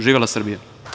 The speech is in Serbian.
Živela Srbija!